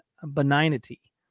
benignity